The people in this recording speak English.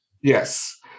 Yes